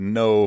no